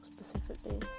specifically